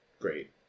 great